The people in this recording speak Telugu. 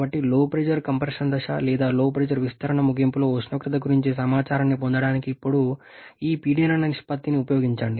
కాబట్టి LP కంప్రెషన్ దశ లేదా LP విస్తరణ ముగింపులో ఉష్ణోగ్రత గురించి సమాచారాన్ని పొందడానికి ఇప్పుడు ఈ పీడన నిష్పత్తిని ఉపయోగించండి